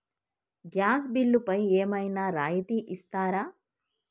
Gas బిల్లుపై ఏమైనా రాయితీ ఇస్తారా?